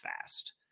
fast